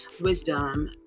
wisdom